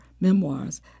memoirs